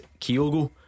Kyogo